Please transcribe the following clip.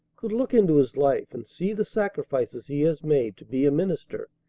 could look into his life and see the sacrifices he has made to be a minister,